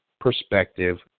perspective